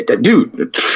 Dude